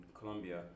colombia